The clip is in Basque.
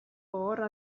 gogorra